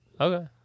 Okay